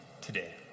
today